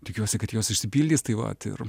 tikiuosi kad jos išsipildys tai vat ir